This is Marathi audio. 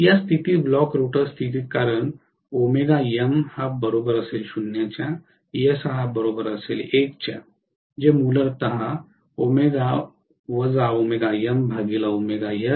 या स्थितीत ब्लॉक रोटर स्थितीत कारण जे मूलत आहे